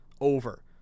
over